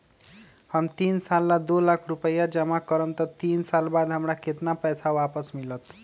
हम तीन साल ला दो लाख रूपैया जमा करम त तीन साल बाद हमरा केतना पैसा वापस मिलत?